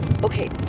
Okay